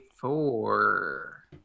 four